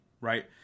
right